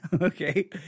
okay